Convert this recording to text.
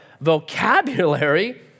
vocabulary